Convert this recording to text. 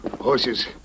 Horses